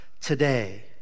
today